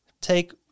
take